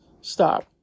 Stop